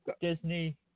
Disney